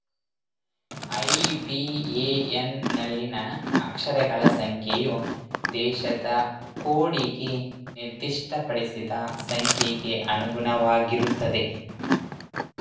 IBAN ನಲ್ಲಿನ ಅಕ್ಷರಗಳ ಸಂಖ್ಯೆಯು ದೇಶದ ಕೋಡಿಗೆ ನಿರ್ದಿಷ್ಟಪಡಿಸಿದ ಸಂಖ್ಯೆಗೆ ಅನುಗುಣವಾಗಿರುತ್ತದೆ